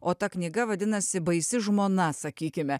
o ta knyga vadinasi baisi žmona sakykime